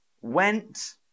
went